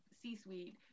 C-suite